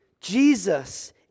Jesus